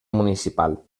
municipal